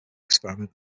experiment